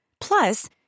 Plus